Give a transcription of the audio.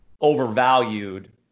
overvalued